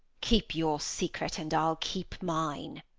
keep your secret, and i'll keep mine?